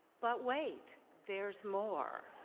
but wait, there's more.